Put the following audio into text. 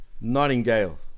nightingale